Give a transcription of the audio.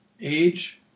age